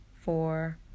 four